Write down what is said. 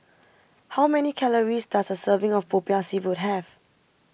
how many calories does a serving of Popiah Seafood have